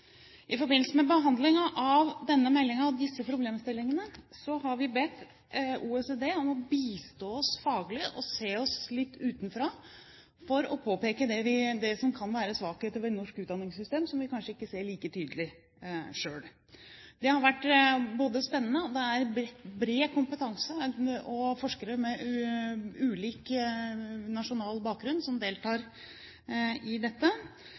I forbindelse med behandlingen av denne meldingen og disse problemstillingene har vi bedt OECD om å bistå oss faglig og se oss litt utenfra for å påpeke det som kan være svakheter ved det norske utdanningssystemet, som vi kanskje ikke ser like tydelig selv. Det har vært spennende, og det er bred kompetanse og forskere med ulik nasjonal bakgrunn som deltar i dette.